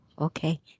okay